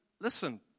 listen